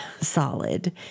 solid